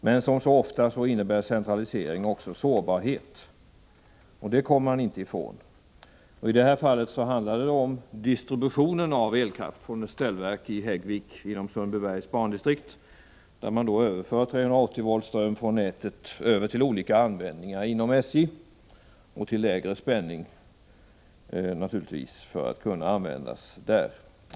Men som så ofta innebär centralisering också sårbarhet; det kommer man inte ifrån. I det här fallet handlade det om distributionen av elkraft från ett ställverk i Häggvik inom Sundbybergs bandistrikt, där man överför 380 volts ström från nätet till olika användningar inom SJ och då naturligtvis till lägre spänning.